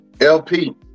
LP